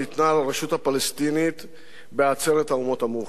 לרשות הפלסטינית בעצרת האומות המאוחדות.